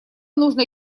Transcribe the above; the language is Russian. нужно